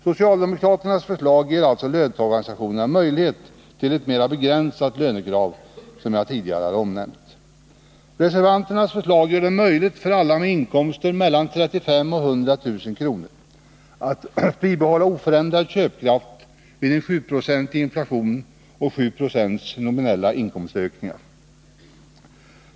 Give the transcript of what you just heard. Socialdemokraternas förslag ger alltså löntagarorganisationerna möjlighet till ett mera begränsat lönekrav, som jag tidigare omnämnt. Reservanternas förslag gör det möjligt för alla med inkomster mellan 35 000 och 100 000 kr. att bibehålla oförändrad köpkraft vid 7 96 inflation och 7 Jo nominella inkomstökningar.